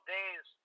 days